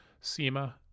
SEMA